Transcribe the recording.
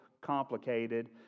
complicated